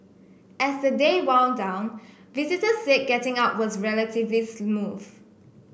as the day wound down visitors said getting out was relatively smooth